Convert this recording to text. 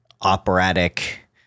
operatic